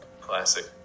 Classic